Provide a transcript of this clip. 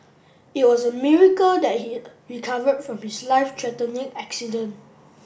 it was a miracle that he recovered from his life threatening accident